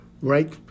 right